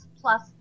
plus